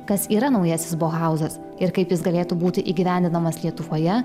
kas yra naujasis bohauzas ir kaip jis galėtų būti įgyvendinamas lietuvoje